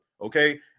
okay